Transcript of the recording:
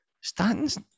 Stanton's